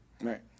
Right